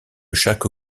chaque